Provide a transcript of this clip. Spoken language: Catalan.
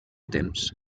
temps